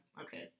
okay